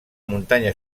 muntanya